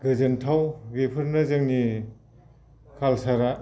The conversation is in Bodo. गोजोनथाव बेफोरनो जोंनि काल्सारा